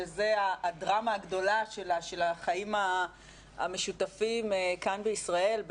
שזה הדרמה הגדולה של החיים המשותפים כאן בישראל,